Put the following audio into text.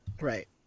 Right